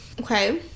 Okay